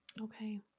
Okay